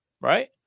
Right